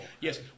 Yes